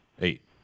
eight